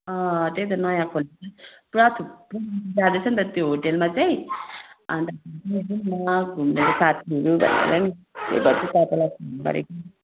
त्यही त नयाँ खोलेको पुरा थुप्रो जाँदैछ नि त त्यो होटेलमा चाहिँ अन्त घुम्नु जाऊँ न घुम्नुको साथीहरू भनेर नि त्यही भएर चाहिँ तपाईँलाई फोन गरेको नि